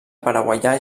paraguaià